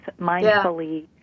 mindfully